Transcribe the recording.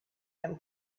them